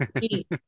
eat